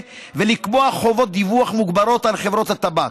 ולקבוע חובות דיווח מוגברות על חברות הטבק.